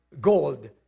gold